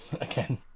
again